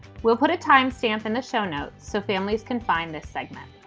we'll put a time stamp in the show now so families can find this segment.